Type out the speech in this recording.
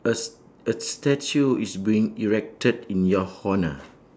a s~ a statue is being erected in your honour